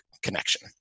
connection